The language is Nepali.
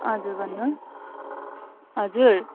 हजुर भन्नुहोस् हजुर